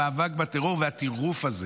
המאבק בטרור והטירוף הזה